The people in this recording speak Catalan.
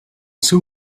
seu